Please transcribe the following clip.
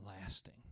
lasting